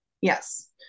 Yes